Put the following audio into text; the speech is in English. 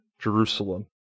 Jerusalem